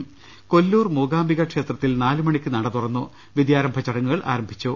രദേഷ്ടെടു കൊല്ലൂർ മൂകാംബിക ക്ഷേത്രത്തിൽ നാലുമണിക്ക് നട തുറന്നു വിദ്യാ രംഭ ചടങ്ങുകൾ ആരംഭിച്ചു